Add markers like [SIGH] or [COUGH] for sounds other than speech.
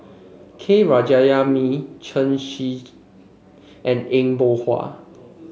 K [UNINTELLIGIBLE] Jayamani Chen Shiji and Eng Boh [UNINTELLIGIBLE]